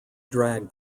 drag